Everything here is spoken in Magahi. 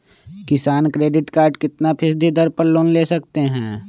किसान क्रेडिट कार्ड कितना फीसदी दर पर लोन ले सकते हैं?